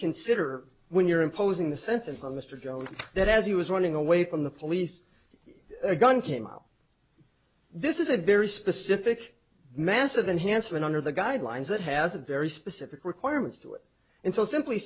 consider when you're imposing the sentence on mr jones that as he was running away from the police a gun came out this is a very specific massive enhancement under the guidelines that has a very specific requirements to it and so simply